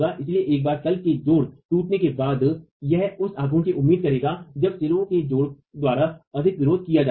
इसलिए एक बार तल के जोड़ टूटने के बाद यह उस आघूर्ण की उम्मीद करेगा जब सिरों के जोड़ों द्वारा अधिक विरोध किया जाएगा